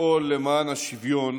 לפעול מען השוויון